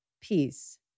peace